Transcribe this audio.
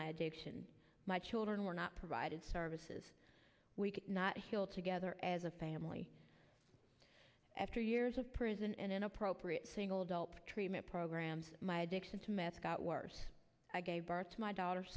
my addiction my children were not provided services we could not heal together as a family after years of prison and inappropriate single adult treatment programs my addiction to mass got worse i gave birth to my daughter